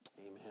Amen